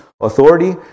authority